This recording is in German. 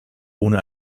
ohne